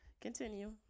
Continue